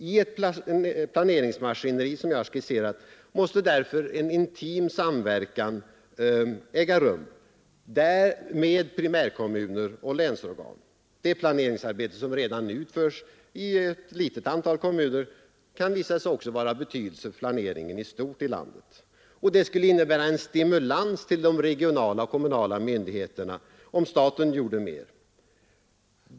I ett planeringsmaskineri som det jag skisserat måste därför en intim medverkan från primärkommuner och länsorgan äga rum. Det planeringsarbetet som redan utförts i ett litet antal kommuner kan visa sig vara av betydelse också för planeringen i stort i landet. Det skulle också innebära en stimulans till de regionala och kommunala myndigheterna, om staten gjorde mer.